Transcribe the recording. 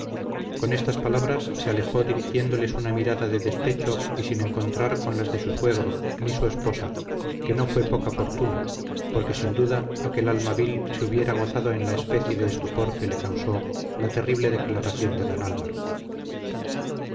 con estas palabras se alejó dirigiéndoles una mirada de despecho y sin encontrar con las de su suegro ni su esposa que no fue poca fortuna porque sin duda aquel alma vil se hubiera gozado en la especie de estupor que le causó la terrible declaración de don álvaro